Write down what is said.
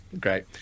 great